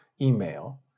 email